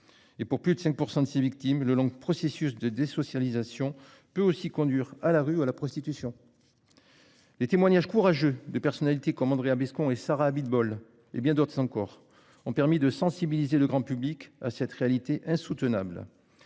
Et pour plus de 5% de ses victimes. Le long processus de désocialisation peut aussi conduire à la rue à la prostitution. Les témoignages courageux de personnalités comme Andréa Bescond et Sarah Abitbol et bien d'autres encore ont permis de sensibiliser le grand public cette réalité insoutenable.